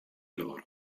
loro